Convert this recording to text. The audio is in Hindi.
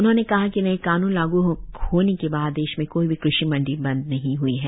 उन्होंने कहा कि नये कानून लागू होने के बाद देश में कोई भी कृषि मंडी बंद नहीं हई है